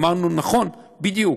אמרנו: נכון, בדיוק.